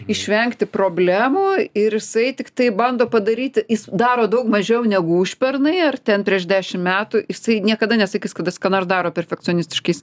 išvengti problemų ir jisai tiktai bando padaryti jis daro daug mažiau negu užpernai ar ten prieš dešim metų jisai niekada nesakys kad jis ką nors daro perfekcionistiškai jis